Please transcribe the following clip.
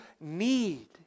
need